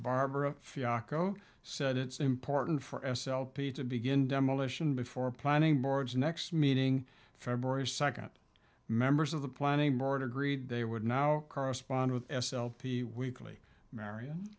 barbara fiasco said it's important for s l p to begin demolition before planning boards next meeting february second members of the planning board agreed they would now correspond with s l p weekly mari